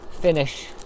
finish